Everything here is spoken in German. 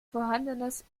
vorhandenes